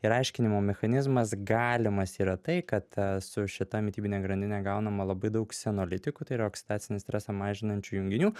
ir aiškinimo mechanizmas galimas yra tai kad su šita mitybine grandine gaunama labai daug senolitikų tai yra oksidacinį stresą mažinančių junginių